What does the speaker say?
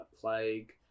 plague